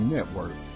Network